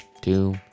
two